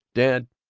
dad,